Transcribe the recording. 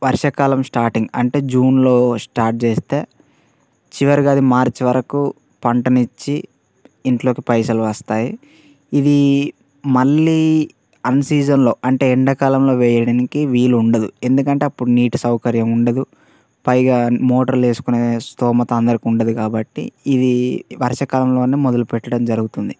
వర్షాకాలం స్టార్టింగ్ అంటే జూన్లో స్టార్ట్ చేస్తే చివరికి అది మార్చ్ వరకు పంటను ఇచ్చి ఇంట్లోకి పైసలు వస్తాయి ఇదీ మళ్ళీ అన్సీజన్లో అంటే ఎండాకాలంలో వేయడానికి వీలు ఉండదు ఎందుకంటే అప్పుడు నీటి సౌకర్యం ఉండదు పైగా మోటార్లు వేసుకునే స్తోమత అందరికి ఉండదు కాబట్టి ఇది వర్ష కాలంలోనే మొదలుపెట్టడం జరుగుతుంది